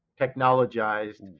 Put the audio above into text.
technologized